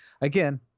Again